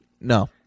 No